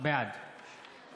בעד